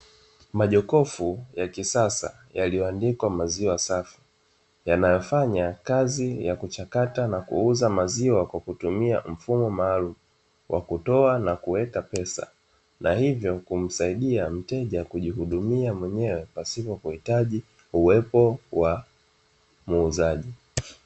Majokofu ya kisasa yaliyoandikwa maziwa safi yanayofanya kazi ya kuchakata na kuuza maziwa kwa kutumia mfumo maalumu, wa kutoa na kuwepa pesa. Na hivyo kumsaidia mteja kujihudumia mwenyewe, pasipo kuhitaji uwepo wa muuzaji.